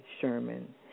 Sherman